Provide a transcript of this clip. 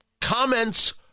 Comments